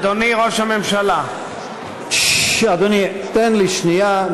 אדוני ראש הממשלה, אדוני, תן לי שנייה.